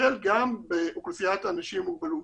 יטפל גם באוכלוסיית האנשים עם מוגבלות.